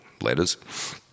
letters